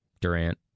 Durant